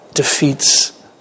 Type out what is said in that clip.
Defeats